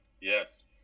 Yes